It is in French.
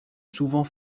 souvent